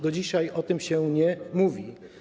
Do dzisiaj o tym się nie mówi.